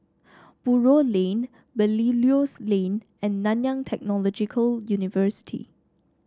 Buroh Lane Belilios Lane and Nanyang Technological University